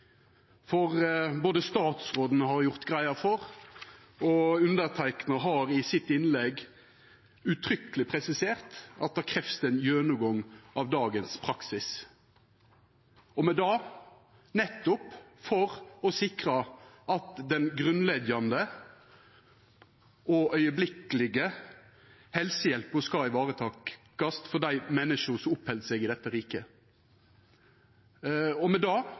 Både statsråden har gjort greie for og underteikna har i innlegget sitt uttrykkeleg presisert at det krevst ein gjennomgang av dagens praksis – nettopp for å sikra at den grunnleggjande og omgåande helsehjelpa skal varetakast for dei menneska som oppheld seg i dette riket. Med det